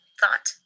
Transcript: thought